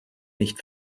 nicht